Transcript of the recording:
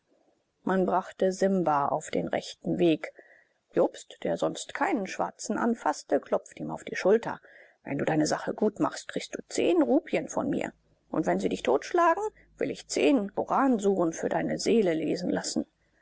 man brachte simba auf den rechten weg jobst der sonst keinen schwarzen anfaßte klopfte ihm auf die schulter wenn du deine sache gut machst kriegst du zehn rupien von mir und wenn sie dich totschlagen will ich zehn koransuren für deine seele lesen lassen